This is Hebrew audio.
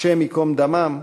השם ייקום דמם,